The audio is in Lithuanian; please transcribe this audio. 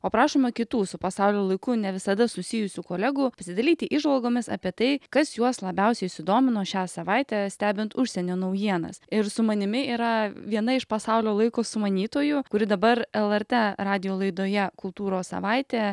o prašome kitų su pasaulio laiku ne visada susijusių kolegų pasidalyti įžvalgomis apie tai kas juos labiausiai sudomino šią savaitę stebint užsienio naujienas ir su manimi yra viena iš pasaulio laiko sumanytojų kuri dabar lrt radijo laidoje kultūros savaitė